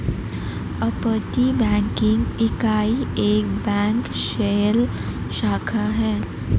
अपतटीय बैंकिंग इकाई एक बैंक शेल शाखा है